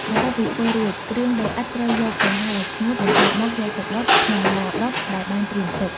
បន្ទាប់ពីធ្វើរួច គ្រឿងដីឥដ្ឋត្រូវយកទៅហាលឲ្យស្ងួត បន្ទាប់មកយកទៅ ដុត ក្នុងឡដុតដែលបានត្រៀមទុក។